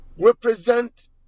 represent